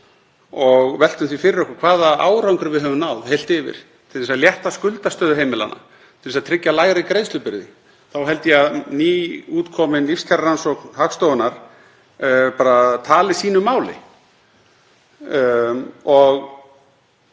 og veltum því fyrir okkur hvaða árangri við höfum náð heilt yfir til að létta á skuldastöðu heimilanna og til þess að tryggja lægri greiðslubyrði, þá held ég að nýútkomin lífskjararannsókn Hagstofunnar tali sínu máli.